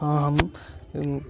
आ हम